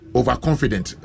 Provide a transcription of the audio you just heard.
overconfident